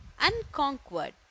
unconquered